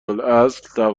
الاصل